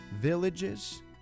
villages